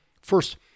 First